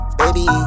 baby